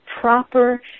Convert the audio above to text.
proper